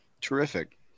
Terrific